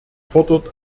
fordert